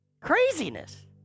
Craziness